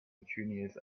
petunias